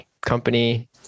company